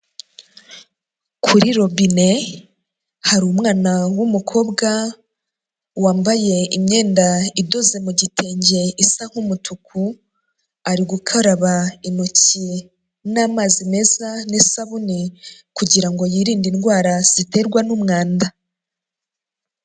Kuri robine, hari umwana w'umukobwa wambaye imyenda idoze mu gitenge isa nk'umutuku, ari gukaraba intoki n'amazi meza n'isabune kugirango yirinde indwara ziterwa n'umwanda.